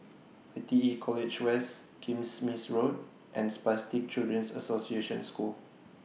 I T E College West Kismis Road and Spastic Children's Association School